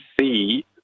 see